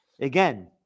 Again